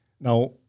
now